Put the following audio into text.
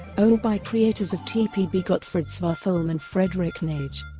owned by creators of tpb gottfrid svartholm and fredrik neij.